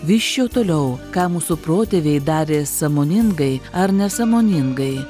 vysčiau toliau ką mūsų protėviai darė sąmoningai ar nesąmoningai